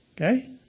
Okay